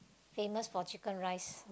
famous for chicken rice